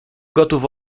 gotów